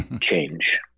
change